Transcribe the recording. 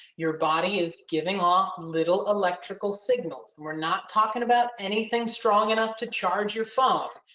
your body is giving off little electrical signals, and we're not talking about anything strong enough to charge your phone.